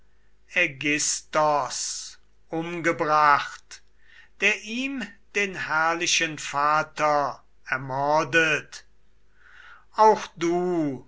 aigisthos umgebracht der ihm den herrlichen vater ermordet auch du